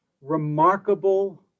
remarkable